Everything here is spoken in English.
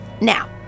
Now